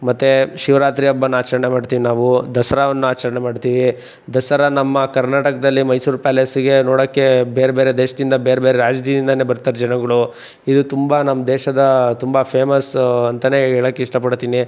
ಮತ್ತೆ ಶಿವರಾತ್ರಿ ಹಬ್ಬನ ಆಚರಣೆ ಮಾಡ್ತಿವಿ ನಾವು ದಸರಾವನ್ನ ಆಚರಣೆ ಮಾಡ್ತೀವಿ ದಸರಾ ನಮ್ಮ ಕರ್ನಾಟಕದಲ್ಲಿ ಮೈಸೂರು ಪ್ಯಾಲೆಸ್ಸಿಗೆ ನೋಡೋಕ್ಕೆ ಬೇರೆಬೇರೆ ದೇಶದಿಂದ ಬೇರೆ ಬೇರೆ ರಾಜ್ಯದಿಂದಲೇ ಬರ್ತಾರೆ ಜನಗಳು ಇದು ತುಂಬ ನಮ್ಮ ದೇಶದ ತುಂಬ ಫೇಮಸ್ಸು ಅಂತಲೇ ಹೇಳಕ್ ಇಷ್ಟಪಡ್ತೀನಿ